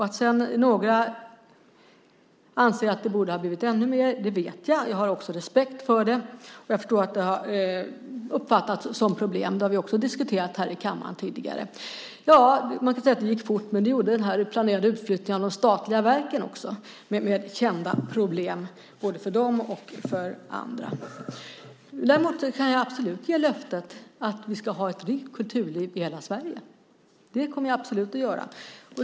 Att sedan några anser att det borde ha blivit ännu mer vet jag. Jag har också respekt för det. Jag förstår att det har uppfattats som problem. Det har vi också diskuterat här i kammaren tidigare. Man kan säga att det gick fort, men det gjorde den planerade utflyttningen av de statliga verken också, med kända problem både för dem och för andra. Däremot kan jag absolut ge löftet att vi ska ha ett rikt kulturliv i hela Sverige. Det kommer jag absolut att se till.